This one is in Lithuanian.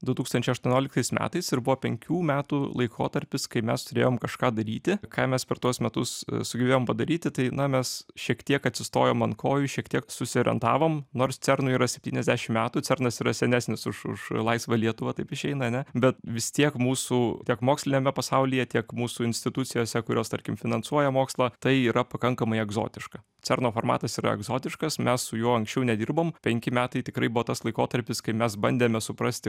du tūkstančiai aštuonioliktais metais ir buvo penkių metų laikotarpis kai mes turėjom kažką daryti ką mes per tuos metus sugebėjom padaryti tai na mes šiek tiek atsistojom ant kojų šiek tiek susiorientavom nors cernui yra septyniasdešimt metų cernas yra senesnis už už laisvą lietuvą taip išeina ane bet vis tiek mūsų tiek moksliniame pasaulyje tiek mūsų institucijose kurios tarkim finansuoja mokslą tai yra pakankamai egzotiška cerno formatas yra egzotiškas mes su juo anksčiau nedirbom penki metai tikrai buvo tas laikotarpis kai mes bandėme suprasti